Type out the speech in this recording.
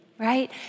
right